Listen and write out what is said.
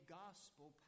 gospel